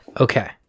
okay